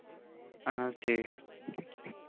اَہَن حظ ٹھیٖک